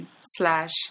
slash